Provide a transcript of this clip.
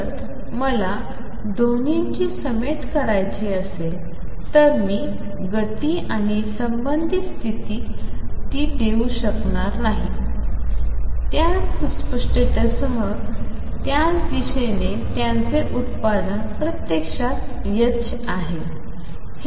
जर मला दोन्हीची समेट करायचा असेल तर मी गती आणि संबंधित स्थिती देऊ शकत नाही त्याच सुस्पष्टतेसह त्याच दिशेने त्यांचे उत्पादन प्रत्यक्षात ℏ आहे